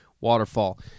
waterfall